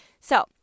So-